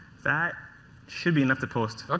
that should be enough to post.